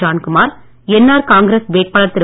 Johnkumar NR Congress வேட்பாளர் திரு